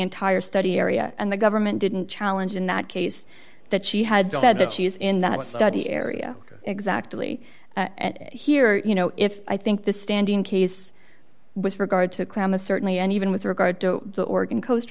entire study area and the government didn't challenge in that case that she had said that she was in that study area exactly here you know if i think the standing case with regard to climate certainly and even with regard to the oregon coast